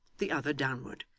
the other downward,